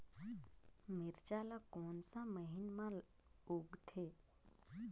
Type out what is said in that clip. मिरचा ला कोन सा महीन मां उगथे?